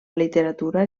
literatura